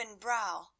brow